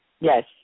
Yes